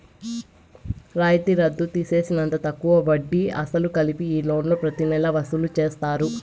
రాయితీ రద్దు తీసేసినంత తక్కువ వడ్డీ, అసలు కలిపి ఈ లోన్లు ప్రతి నెలా వసూలు చేస్తారు